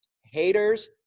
haters